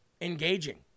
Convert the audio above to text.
engaging